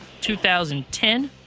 2010